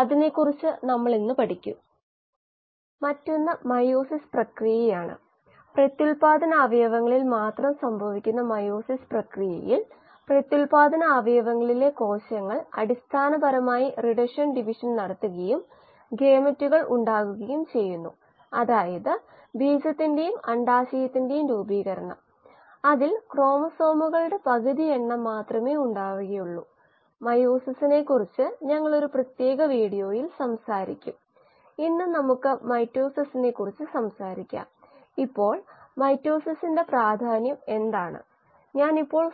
അവസാന ക്ലാസ്സിൽ ഒരു പ്രശ്നം നിയോഗിച്ചിരുന്നു നമ്മൾ അത് ചെയ്യും അപ്പോൾ മൊഡ്യൂൾ